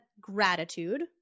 gratitude